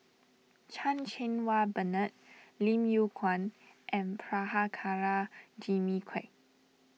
Chan Cheng Wah Bernard Lim Yew Kuan and Prabhakara Jimmy Quek